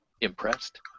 impressed